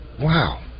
Wow